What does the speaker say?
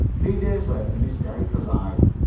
three days later miss derrick arrived,